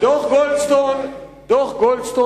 הדוח הוא